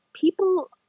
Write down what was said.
people